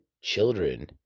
children